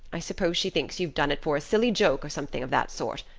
i suppose she thinks you've done it for a silly joke or something of that sort.